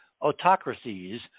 autocracies